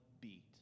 beat